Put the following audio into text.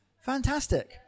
Fantastic